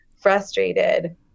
frustrated